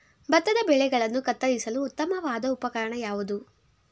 ಭತ್ತದ ಬೆಳೆಗಳನ್ನು ಕತ್ತರಿಸಲು ಉತ್ತಮವಾದ ಉಪಕರಣ ಯಾವುದು?